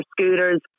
scooters